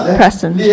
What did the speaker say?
present